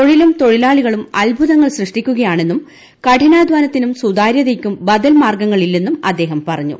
തൊഴിലും തൊഴിലാളികളും അത്ഭൂതങ്ങൾ സൃഷ്ടിക്കുകയാണെന്നും കഠിനാധാനത്തിനും സുതാര്യതയ്ക്കും ബദൽമാർഗങ്ങൾ ഇല്ലെന്നും അദ്ദേഹം പറഞ്ഞു